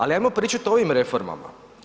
Ali, hajmo pričati o ovim reformama.